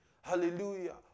Hallelujah